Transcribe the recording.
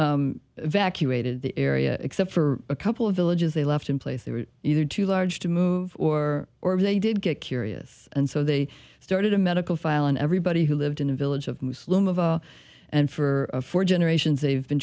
they evacuated the area except for a couple of villages they left in place they were either too large to move or or if they did get curious and so they started a medical file and everybody who lived in a village of muslim of a and for four generations they've been